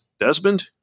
Desmond